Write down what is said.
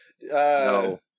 No